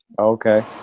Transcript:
Okay